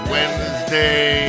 Wednesday